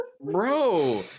Bro